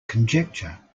conjecture